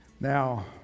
Now